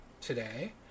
today